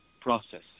process